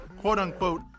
quote-unquote